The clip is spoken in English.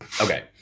okay